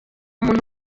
umuntu